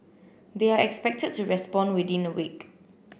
they are expected to respond within a week